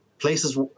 Places